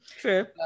True